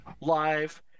live